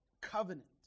Covenant